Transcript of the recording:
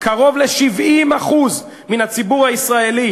קרוב ל-70% מן הציבור הישראלי